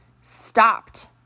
stopped